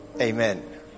Amen